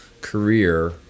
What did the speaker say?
career